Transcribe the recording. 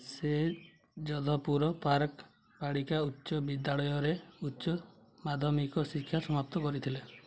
ସେ ଯୋଧପୁର ପାର୍କ୍ ବାଳିକା ଉଚ୍ଚ ବିଦ୍ୟାଳୟରେ ଉଚ୍ଚ ମାଧ୍ୟମିକ ଶିକ୍ଷା ସମାପ୍ତ କରିଥିଲେ